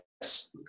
yes